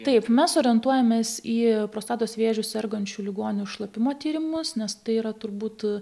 taip mes orientuojamės į prostatos vėžiu sergančių ligonių šlapimo tyrimus nes tai yra turbūt aa